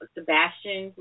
Sebastian